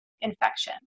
infection